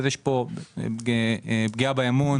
אז יש פה פגיעה באמון.